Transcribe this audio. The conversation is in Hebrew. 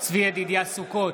צבי ידידיה סוכות,